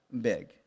big